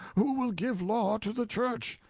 who will give law to the church?